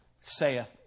saith